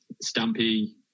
Stumpy